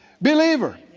believer